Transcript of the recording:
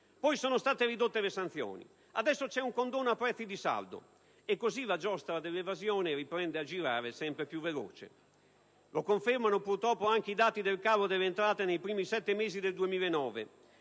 Poi sono state ridotte le sanzioni. Adesso c'è un condono a prezzi di saldo. E così la giostra dell'evasione riprende a girare sempre più veloce. Lo confermano purtroppo anche i dati del calo delle entrate nei primi sette mesi del 2009,